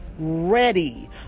Ready